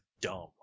dumb